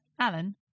Alan